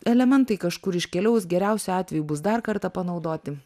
elementai kažkur iškeliaus geriausiu atveju bus dar kartą panaudoti